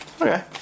Okay